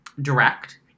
direct